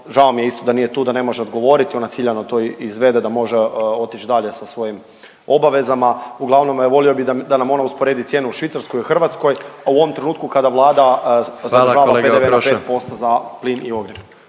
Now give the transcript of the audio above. žao mi je isto da nije tu da ne može odgovoriti, ona ciljano to izvede da može otići dalje sa svojim obavezama. Uglavnom volio bi da nam ona usporedi cijenu u Švicarskoj i u Hrvatskoj, a u ovom trenutku kada Vlada zadržava PDV … …/Upadica